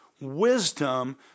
wisdom